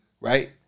right